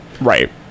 Right